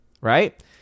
right